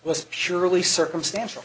was surely circumstantial